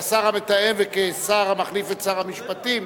כשר המתאם וכשר המחליף את שר המשפטים,